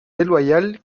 déloyale